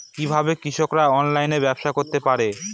কিভাবে কৃষকরা অনলাইনে ব্যবসা করতে পারে?